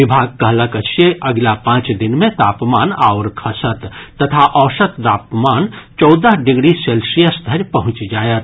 विभाग कहलक अछि जे अगिला पांच दिन मे तापमान आओर खसत तथा औसत तापमान चौदह डिग्री सेल्सियस धरि पहुंचि जायत